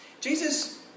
Jesus